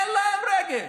אין להם רגש.